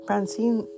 Francine